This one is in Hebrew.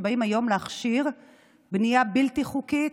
כשבאים היום להכשיר בנייה בלתי חוקית,